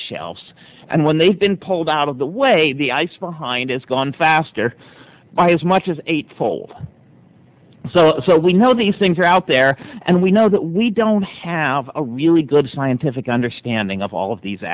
shelves and when they've been pulled out of the way the ice behind is gone faster by as much as eight fold so so we know these things are out there and we know that we don't have a really good scientific understanding of all of these